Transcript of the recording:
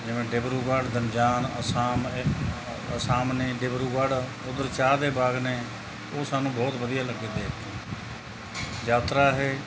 ਜਿਵੇਂ ਡਿਬਰੂਗੜ੍ਹ ਜਨਜਾਨ ਅਸਾਮ ਹੈ ਅਸਾਮ ਨੇ ਡਿਬਰੂਗੜ੍ਹ ਉੱਧਰ ਚਾਹ ਦੇ ਬਾਗ ਨੇ ਉਹ ਸਾਨੂੰ ਬਹੁਤ ਵਧੀਆ ਲੱਗੇ ਦੇਖ ਕੇ ਯਾਤਰਾ ਇਹ